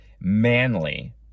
manly